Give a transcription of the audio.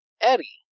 Eddie